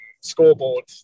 scoreboard